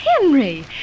Henry